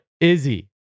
Izzy